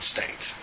States